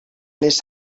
les